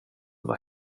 vad